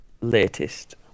Latest